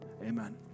amen